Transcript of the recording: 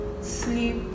sleep